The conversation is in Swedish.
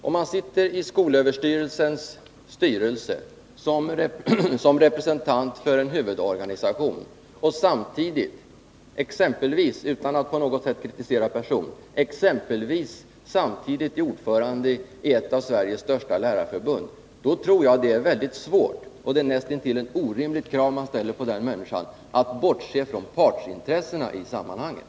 Om man sitter i skolöverstyrelsens styrelse som representant för en huvudorganisation och samtidigt exempelvis — utan att jag på något sätt kritiserar person — är ordförande i ett av Sveriges största lärarförbund, tror jag att det är mycket svårt och ett näst intill orimligt krav på den människan att bortse från partsintressena i sammanhanget.